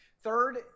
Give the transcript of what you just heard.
Third